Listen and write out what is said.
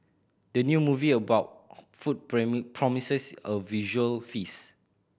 the new movie about food promises a visual feast